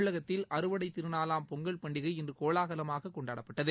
தமிழகத்தில் அறுவடை திருநாளாம் பொங்கல் பண்டிகை இன்று கோலாகலமாகக் கொண்டாடப்பட்டது